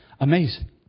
Amazing